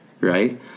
Right